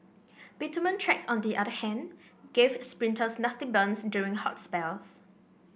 bitumen tracks on the other hand gave sprinters nasty burns during hot spells